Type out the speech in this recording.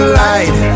light